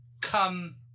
come